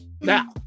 Now